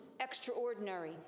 extraordinary